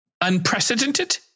Unprecedented